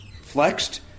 flexed